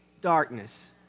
darkness